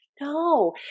No